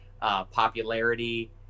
popularity